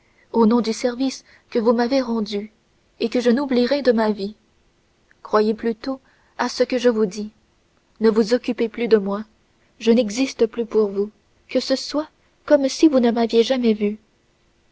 au nom du service que vous m'avez rendu et que je n'oublierai de ma vie croyez bien plutôt à ce que je vous dis ne vous occupez plus de moi je n'existe plus pour vous que ce soit comme si vous ne m'aviez jamais vue